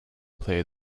play